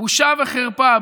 בושה וחרפה.